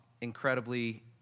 incredibly